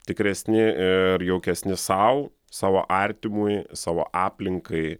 tikresni ir jaukesni sau savo artimui savo aplinkai